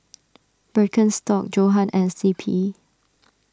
Birkenstock Johan and C P